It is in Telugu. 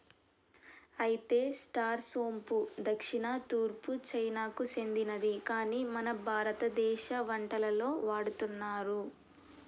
అయితే స్టార్ సోంపు దక్షిణ తూర్పు చైనాకు సెందినది కాని మన భారతదేశ వంటలలో వాడుతున్నారు